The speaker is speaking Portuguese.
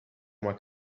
uma